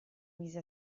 mise